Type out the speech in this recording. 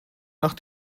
nach